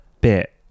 bit